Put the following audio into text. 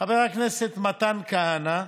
חבר הכנסת מתן כהנא,